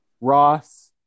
Ross